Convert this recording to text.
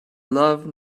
love